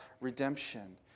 redemption